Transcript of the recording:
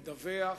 לדווח,